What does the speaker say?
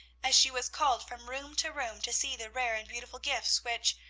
as she was called from room to room to see the rare and beautiful gifts which,